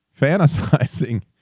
fantasizing